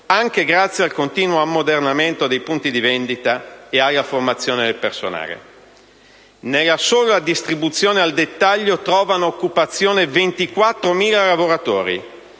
anche grazie al continuo ammodernamento dei punti di vendita e alla formazione del personale. Nella sola distribuzione al dettaglio trovano occupazione 24.000 lavoratori,